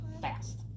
fast